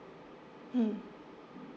mm